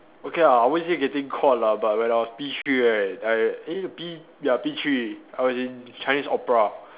okay ah I won't say getting caught lah but when I was P three right I eh P ya P three I was in Chinese opera